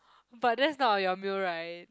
but that's not your meal right